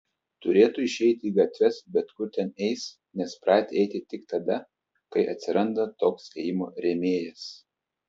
turėtų išeiti į gatves bet kur ten eis nes pratę eiti tik tada kai atsiranda tokio ėjimo rėmėjas